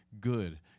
good